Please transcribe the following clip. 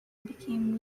became